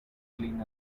clean